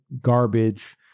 garbage